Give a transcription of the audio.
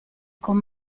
con